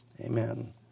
amen